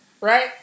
Right